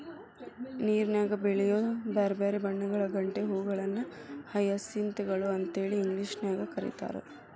ನೇರನ್ಯಾಗ ಬೆಳಿಯೋ ಬ್ಯಾರ್ಬ್ಯಾರೇ ಬಣ್ಣಗಳ ಗಂಟೆ ಹೂಗಳನ್ನ ಹಯಸಿಂತ್ ಗಳು ಅಂತೇಳಿ ಇಂಗ್ಲೇಷನ್ಯಾಗ್ ಕರೇತಾರ